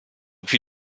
più